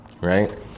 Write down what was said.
right